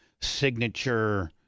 signature